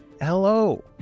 Hello